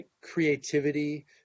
creativity